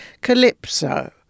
calypso